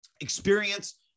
experience